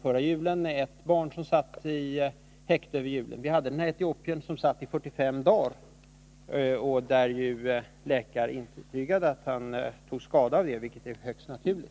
Förra året hade vi ett barn som satt i häkte över julen. Vi hade vidare den Nr 12 etiopiske pojke som satt i 45 dagar. Läkare intygade att han tog skada av Tisdagen den detta, vilket är högst naturligt.